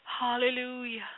Hallelujah